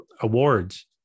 awards